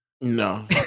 no